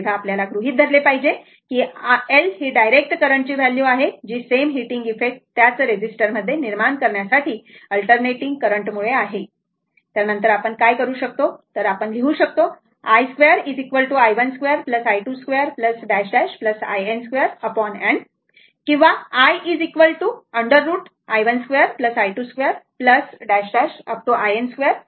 तर आपल्याला गृहीत धरले पाहिजे की I ही डायरेक्ट करंटची व्हॅल्यू आहे की जी सेम हीटिंग इफेक्ट त्याच रजिस्टरमध्ये निर्माण करण्यासाठी अल्टरनेटिंग करंट मुळे आहे बरोबर तर नंतर आपण काय करू शकतो आपण लिहू शकतो I2 i1 2 i22 in 2 n बरोबर किंवा I 2√i1 2 I2 2 in 2 n बरोबर